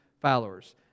followers